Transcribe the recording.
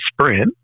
sprint